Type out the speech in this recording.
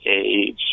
age